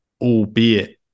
albeit